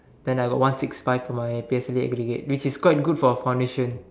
then I got one six five for my P_S_L_E aggregate which is quite good for foundation